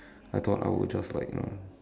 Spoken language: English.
I thought I would just like you know